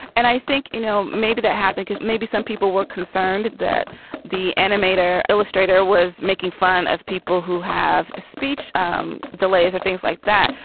and i think you know maybe that happened cause maybe some people were concerned that the animator illustrator was making fun of people who have speech um delays or things like that.